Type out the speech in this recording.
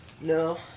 no